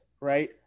right